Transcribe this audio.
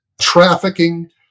trafficking